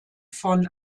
von